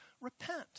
repent